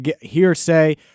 hearsay